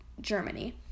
Germany